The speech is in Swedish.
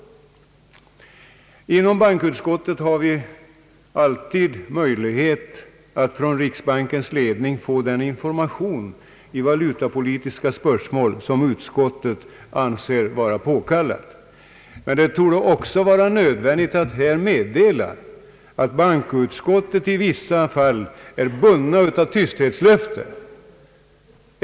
Inom bankoutskottet har vi alltid möjlighet att från riksbankens ledning få den information i valutapolitiska spörsmål som utskottet anser vara påkallad, men det torde också vara nödvändigt att här meddela att bankoutskottet i vissa fall är bundet av tysthetslöfte.